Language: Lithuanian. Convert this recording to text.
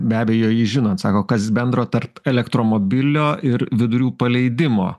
be abejo jį žinot sako kas bendro tarp elektromobilio ir vidurių paleidimo